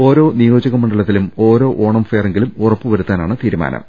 ഓരോ നിയോജകമണ്ഡലത്തിലും ഓരോ ഓണം ഫെയറെങ്കിലും ഉറപ്പ് വരുത്താനാണ് തീരുമാനം